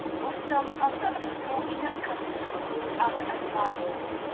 or some other of the fortunate countries called unenlightened.